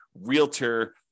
realtor